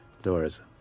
doors